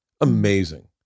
Amazing